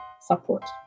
support